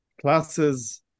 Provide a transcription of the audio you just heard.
classes